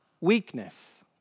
weakness